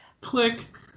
Click